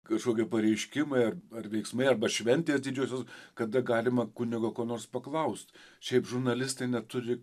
kažkokie pareiškimai ar ar veiksmai arba šventės didžiosios kada galima kunigo ko nors paklaust šiaip žurnalistai neturi